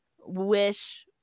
wish